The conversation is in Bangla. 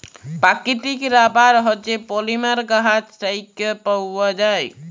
পাকিতিক রাবার হছে পলিমার গাহাচ থ্যাইকে পাউয়া যায়